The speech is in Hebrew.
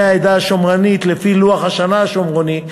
העדה השומרונית לפי לוח השנה השומרוני,